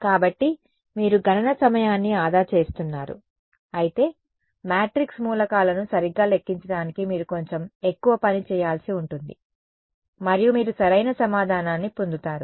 కాబట్టి మీరు గణన సమయాన్ని ఆదా చేస్తున్నారు అయితే మ్యాట్రిక్స్ మూలకాలను సరిగ్గా లెక్కించడానికి మీరు కొంచెం ఎక్కువ పని చేయాల్సి ఉంటుంది మరియు మీరు సరైన సమాధానాన్ని పొందుతారు